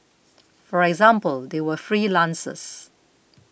for example they are freelancers